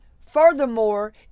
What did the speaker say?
furthermore